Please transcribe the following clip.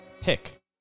Pick